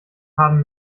haben